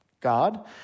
God